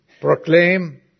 proclaim